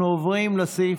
אנחנו עוברים לסעיף,